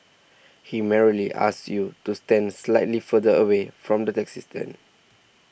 he merely asked you to stand slightly further away from the taxi stand